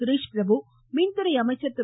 சுரேஷ்பிரபு மின்துறை அமைச்சர் திரு